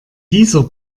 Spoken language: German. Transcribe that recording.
dieser